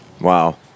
wow